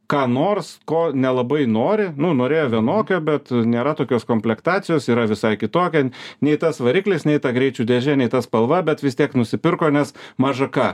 ką nors ko nelabai nori nu norėjo vienokio bet nėra tokios komplektacijos yra visai kitokia nei tas variklis nei ta greičių dėžė nei ta spalva bet vis tiek nusipirko nes maža ką